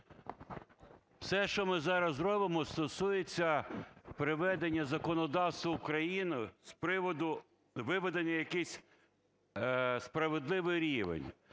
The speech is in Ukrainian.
все, що ми зараз зробимо, стосується приведення законодавства України з приводу виведення на якийсь справедливий рівень.